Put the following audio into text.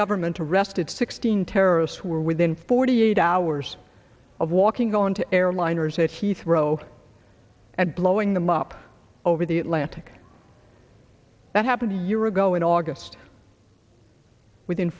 government arrested sixteen terrorists were within forty eight hours of walking going to airliners at heathrow and blowing them up over the atlantic that happened a year ago in august within